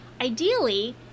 ideally